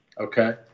okay